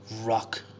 rock